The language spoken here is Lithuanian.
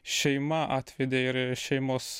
šeima atvedė ir ir šeimos